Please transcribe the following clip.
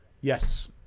Yes